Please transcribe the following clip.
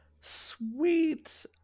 Sweet